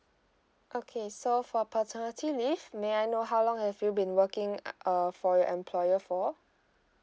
okay so for paternity leave may I know how long have you been working uh err for your employer for